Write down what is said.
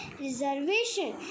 Reservation